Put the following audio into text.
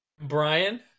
Brian